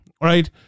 Right